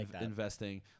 investing